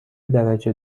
درجه